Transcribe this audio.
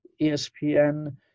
ESPN